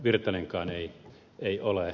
virtanenkaan ei ole